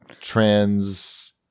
Trans